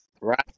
Right